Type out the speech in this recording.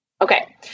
Okay